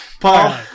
Paul